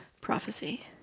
prophecy